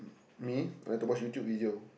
me I like to watch YouTube video